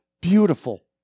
beautiful